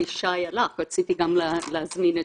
שי סופר הלך אבל רציתי להזמין גם אותו